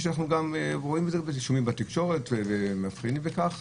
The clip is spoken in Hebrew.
אנו רואים בתקשורת ומבחינים בכך,